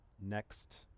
next